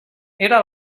era